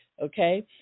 okay